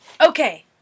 Okay